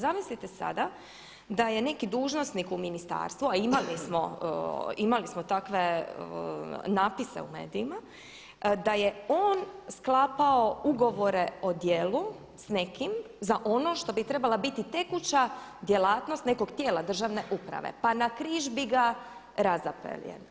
Zamislite sada da je neki dužnosnik u ministarstvu a imali smo takve natpise u medijima da je on sklapao ugovor o djelu s nekim za ono što bi trebala biti tekuća djelatnost nekog tijela državne uprave, pa na križ bi ga razapeli.